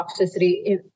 toxicity